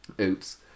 Oops